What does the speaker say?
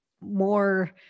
more